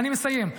אני מסיים.